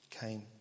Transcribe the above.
Came